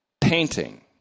painting